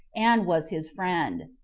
and was his friend.